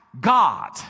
God